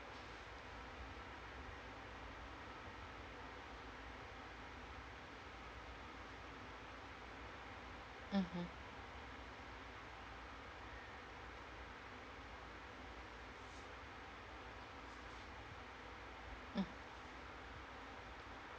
mmhmm mm